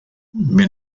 wer